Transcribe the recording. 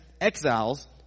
exiles